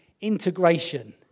integration